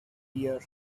year